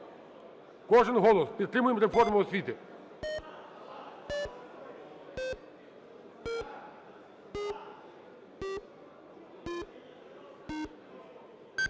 Кожен голос, підтримуємо реформу освіти.